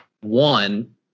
one